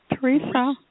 Teresa